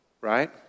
Right